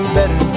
better